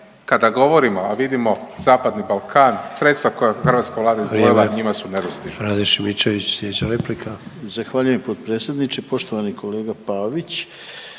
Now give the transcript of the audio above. kada govorimo, a vidimo zapadni Balkan, sredstva kojima hrvatska Vlada izdvojila, njima su nedostižni.